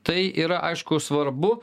tai yra aišku svarbu